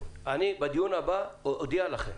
בדיון הבא אני אודיע לכם